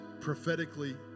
prophetically